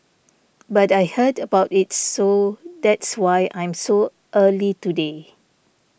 but I heard about it so that's why I'm so early today